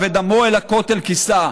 / ודמו את הכותל כיסה".